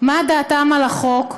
מה דעתם על החוק.